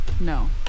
No